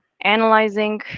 analyzing